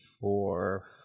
four